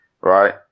Right